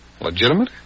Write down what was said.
Legitimate